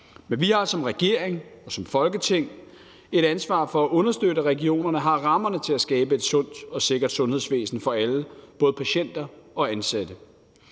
Men vi har som regering og som Folketing et ansvar for at understøtte, at regionerne har rammerne til at skabe et sundt og sikkert sundhedsvæsen for alle, både patienter og ansatte.